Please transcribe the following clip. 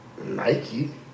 Nike